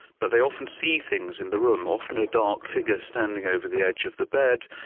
but they often see things in the room, often a dark figure standing over the edge of the bed,